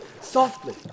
softly